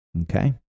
okay